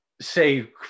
say